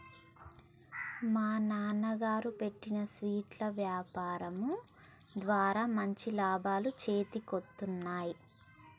మా నాన్నగారు పెట్టిన స్వీట్ల యాపారం ద్వారా మంచి లాభాలు చేతికొత్తన్నయ్